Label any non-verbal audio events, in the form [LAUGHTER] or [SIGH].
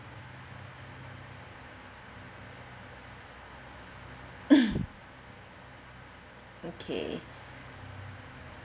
[LAUGHS] okay